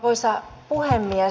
arvoisa puhemies